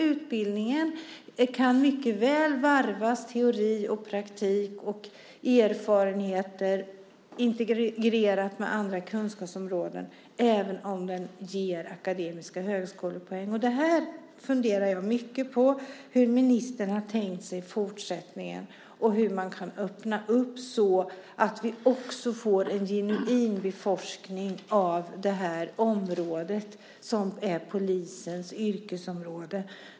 Utbildningen kan mycket väl varvas med teori och praktik och erfarenheter integrerat med andra kunskapsområden även om den ger akademiska högskolepoäng. Jag funderar mycket på hur ministern har tänkt sig fortsättningen och hur man kan öppna för att vi också får en genuin beforskning av området som är polisens yrkesområde.